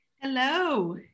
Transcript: Hello